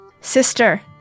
Sister